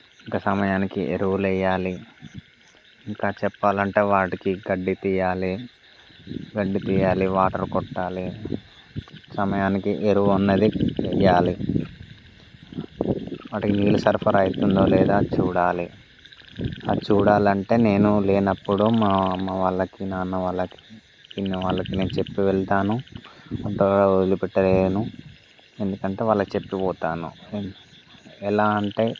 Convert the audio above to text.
ఇంకా సమయానికి ఎరువులెయ్యాలి ఇంకా చెప్పాలంటే వాటికి గడ్డి తియ్యాలి గడ్డి తియ్యాలి వాటర్ కొట్టాలి సమయానికి ఎరువు అన్నది వెయ్యాలి మరియు నీరు సరఫరా అవుతుందో లేదో చూడాలి అది చూడాలంటే నేను లేనప్పుడు మా అమ్మ వాళ్ళకి నాన్న వాళ్ళకి పిన్ని వాళ్ళకి నేను చెప్పి వెళ్తాను అట్టా వదిలిపెట్టలేను ఎందుకంటే వాళ్ళకు చెప్పి పోతాను ఎలా అంటే